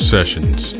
Sessions